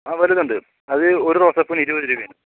ആ വലുതുണ്ട് അത് ഒരു റോസാപ്പൂവിന് ഇരുപതു രൂപയാണ്